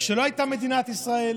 כשלא הייתה מדינת ישראל,